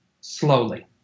slowly